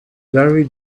very